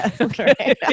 Okay